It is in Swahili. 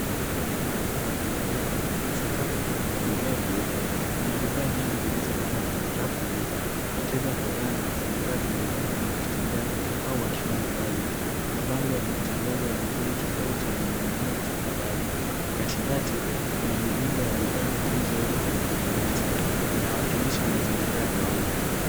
Duka kubwa la rejareja, sakafu ni ya vigae vyeupe. Kuna bidhaa nyingi zilizopangwa kwenye rafu ndefu, wateja kadhaa na wafanyikazi wanaonekana wakitembea au wakifanya kazi. Mabango ya matangazo yenye bei tofauti yamening'inia kutoka dari. Katikati kuna mirundo ya bidhaa zilizowekwa kwenye paleti, inawakilisha mazingira ya kawaida.